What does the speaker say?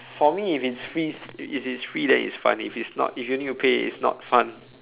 for me if it's free if it's free then it's fun if it's not if you need to pay it's not fun